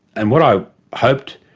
and what i hoped,